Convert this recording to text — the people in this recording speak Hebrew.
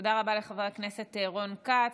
תודה רבה לחבר הכנסת רון כץ.